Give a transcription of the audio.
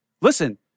listen